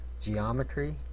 geometry